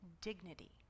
dignity